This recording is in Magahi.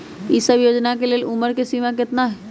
ई सब योजना के लेल उमर के सीमा केतना हई?